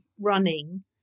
running